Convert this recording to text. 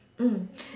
mm